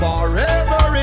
Forever